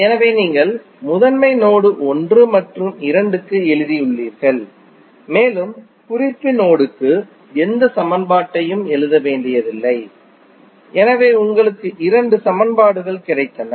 எனவே நீங்கள் முதன்மை நோடு 1 மற்றும் 2 க்கு எழுதியுள்ளீர்கள் மேலும் குறிப்பு நோடு க்கு எந்த சமன்பாட்டையும் எழுத வேண்டியதில்லை எனவே உங்களுக்கு இரண்டு சமன்பாடுகள் கிடைத்தன